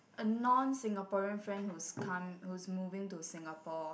a non Singaporean friend who's come who's moving to Singapore